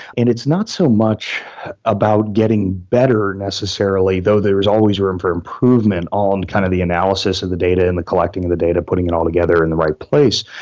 and it's not so much about getting better necessarily, though there is always room for movement all on kind of the analysis of the data and the collecting the data, putting it all together in the right place.